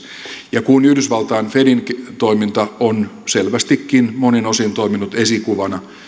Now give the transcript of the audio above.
ja kun yhdysvaltain fedin toiminta on selvästikin monin osin toiminut esikuvana